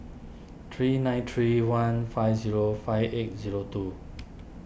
three nine three one five zero five eight zero two